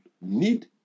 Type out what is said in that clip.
need